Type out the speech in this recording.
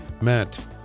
Matt